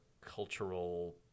cultural